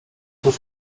peut